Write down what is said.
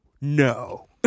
no